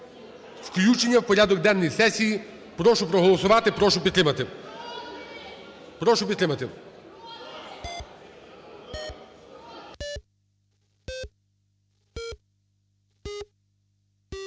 Включення в порядок денний сесії. Прошу проголосувати, прошу підтримати, прошу підтримати.